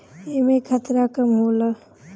एमे खतरा कम होला